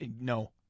No